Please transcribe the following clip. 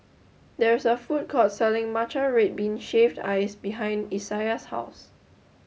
there is a food court selling Matcha Red Bean Shaved Ice behind Isaias' House